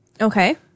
Okay